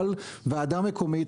על ועדה מקומית,